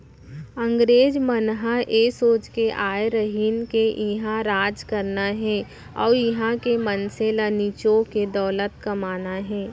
अंगरेज मन ए सोच के आय रहिन के इहॉं राज करना हे अउ इहॉं के मनसे ल निचो के दौलत कमाना हे